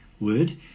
word